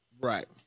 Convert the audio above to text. right